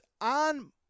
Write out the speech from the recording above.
on